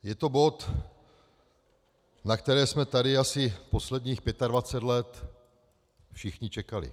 Je to bod, na který jsme tady asi posledních pětadvacet let všichni čekali.